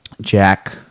Jack-